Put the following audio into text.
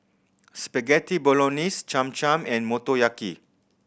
Spaghetti Bolognese Cham Cham and Motoyaki